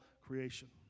creation